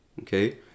Okay